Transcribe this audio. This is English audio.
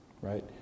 right